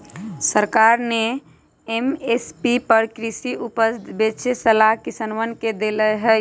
सरकार ने एम.एस.पी पर कृषि उपज बेचे के सलाह किसनवन के देल कई